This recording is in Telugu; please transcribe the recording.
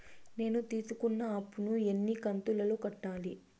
నేను తీసుకున్న అప్పు ను ఎన్ని కంతులలో కట్టాలి?